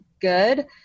good